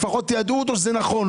לפחות תיידעו אותו שזה נכון,